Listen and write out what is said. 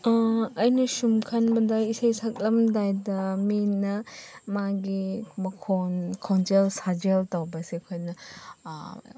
ꯑꯩꯅ ꯁꯨꯝ ꯈꯟꯕꯗ ꯏꯁꯩ ꯁꯛꯂꯝꯗꯥꯏꯗ ꯃꯤꯅ ꯃꯥꯒꯤ ꯃꯈꯣꯟ ꯈꯣꯟꯖꯦꯜ ꯁꯥꯖꯦꯜ ꯇꯧꯕꯁꯦ ꯑꯩꯈꯣꯏꯅ